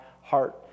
heart